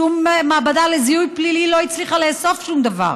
שום מעבדה לזיהוי פלילי לא הצליחה לאסוף שום דבר.